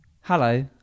Hello